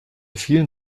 vielen